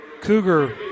Cougar